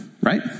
Right